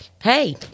hey